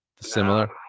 similar